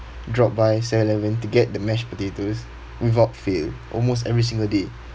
drop by seven eleven to get the mashed potatoes without fail almost every single day